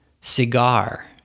cigar